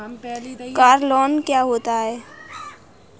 Car loan क्या होता है?